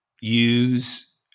Use